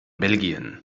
belgien